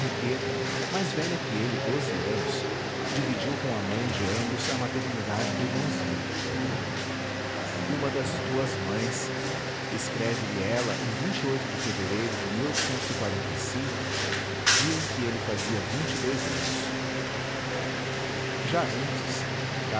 henriqueta mais velha que ele doze anos dividiu com a mãe de ambos a maternidade do irmãozinho uma das tuas mães escreve lhe ela em de fevereiro de dia em que ele fazia vinte e dois anos já antes